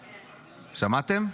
שמעתם?